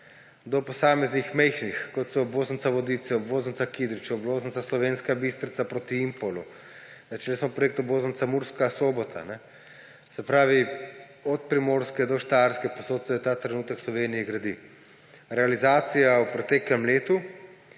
do posameznih majhnih, kot so obvoznica Vodice, obvoznica Kidrič, obvoznica Slovenska Bistrica proti Impolu, začeli smo projekt obvoznica Murska Sobota. Se pravi, od Primorske do Štajerske, povsod se ta trenutek v Sloveniji gradi. Realizacija v preteklem letu